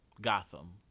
Gotham